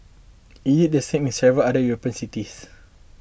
it did the same in several other European cities